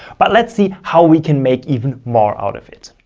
but let's see how we can make even more out of it.